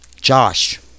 Josh